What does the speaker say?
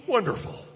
Wonderful